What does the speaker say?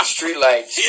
Streetlights